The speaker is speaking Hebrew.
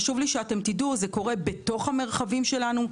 חשוב לי שתדעו שזה קורה בתוך המרחבים שלנו,